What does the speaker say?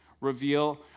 reveal